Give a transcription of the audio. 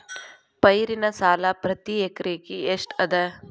ಪೈರಿನ ಸಾಲಾ ಪ್ರತಿ ಎಕರೆಗೆ ಎಷ್ಟ ಅದ?